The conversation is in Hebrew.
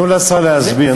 תנו לשר להסביר.